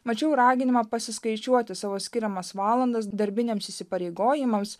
mačiau raginimą pasiskaičiuoti savo skiriamas valandas darbiniams įsipareigojimams